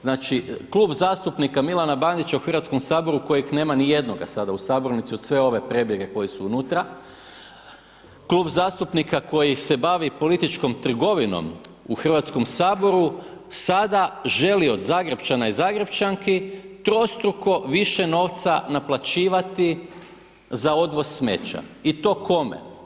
Znači Klub zastupnika Milana Bandića u Hrvatskom saboru, kojeg nema ni jednoga sada u Sabora, niti su sve ove prebjege koje su unutra, Klub zastupnika koji se bavi političkom trgovinom u Hrvatskom saboru, sada želi od Zagrepčana i Zagrepčanki trostruko više novca naplaćivati za odvoz smeća i to kome?